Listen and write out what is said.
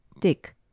dick